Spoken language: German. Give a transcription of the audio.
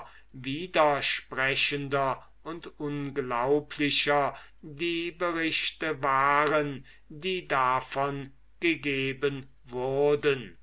widersprechender und unglaublicher die berichte waren die davon gegeben wurden